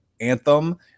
anthem